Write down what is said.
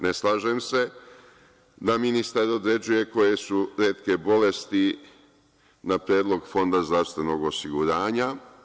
Ne slažem se da ministar određuje koje su retke bolesti na predlog Fonda zdravstvenog osiguranja.